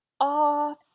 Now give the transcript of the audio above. off